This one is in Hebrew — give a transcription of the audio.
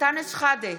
אנטאנס שחאדה,